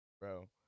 Bro